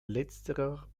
letzterer